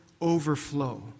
overflow